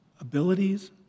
abilities